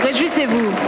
Réjouissez-vous